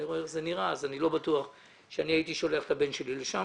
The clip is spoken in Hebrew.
אני רואה איך זה נראה ואני לא בטוח שאני הייתי שולח את הבן שלי לשם.